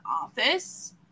office